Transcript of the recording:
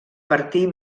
partir